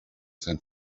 san